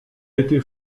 été